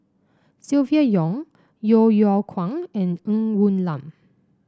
Silvia Yong Yeo Yeow Kwang and Ng Woon Lam